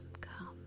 come